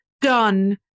done